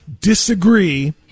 disagree